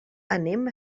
anem